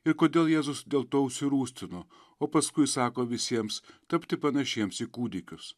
ir kodėl jėzus dėl to užsirūstino o paskui sako visiems tapti panašiems į kūdikius